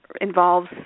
involves